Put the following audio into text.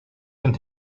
den